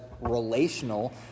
relational